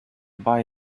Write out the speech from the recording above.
buy